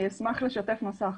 אני אשמח לשתף מסך.